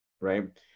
Right